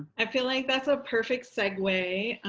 i feel like that's a perfect segue.